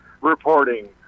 reporting